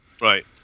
Right